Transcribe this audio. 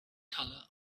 color